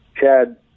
Chad